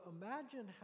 imagine